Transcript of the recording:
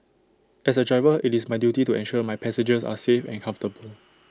as A driver IT is my duty to ensure my passengers are safe and comfortable